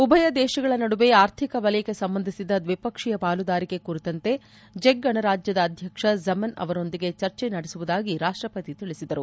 ಉಭಯ ದೇಶಗಳ ನಡುವೆ ಆರ್ಥಿಕ ವಲಯಕ್ಕೆ ಸಂಬಂಧಿಸಿದ ದ್ಲಿಪಕ್ಷೀಯ ಪಾಲುದಾರಿಕೆ ಕುರಿತಂತೆ ಚೆಕ್ ಗಣರಾಜ್ಯದ ಅಧ್ಯಕ್ಷ ಝಮೆನ್ ಅವರೊಂದಿಗೆ ಚರ್ಚೆ ನಡೆಸುವುದಾಗಿ ರಾಷ್ಟ್ರಪತಿ ತಿಳಿಸಿದರು